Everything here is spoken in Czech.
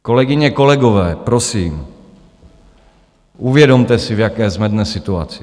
Kolegyně, kolegové, prosím, uvědomte si, v jaké jsme dnes situaci.